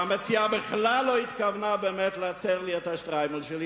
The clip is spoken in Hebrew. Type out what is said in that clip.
והמציעה בכלל לא התכוונה להצר לי את השטריימל שלי,